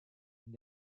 and